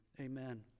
amen